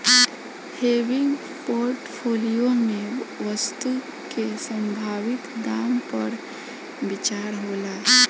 हेविंग portfolio में वस्तु के संभावित दाम पर विचार होला